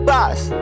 Boss